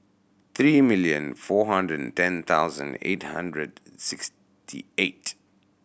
three million four hundred ten thousand eight hundred sixty eight